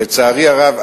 לצערי הרב,